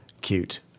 Cute